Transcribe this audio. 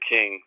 King